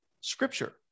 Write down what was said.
scripture